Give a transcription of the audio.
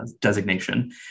Designation